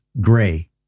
gray